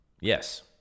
yes